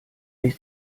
ich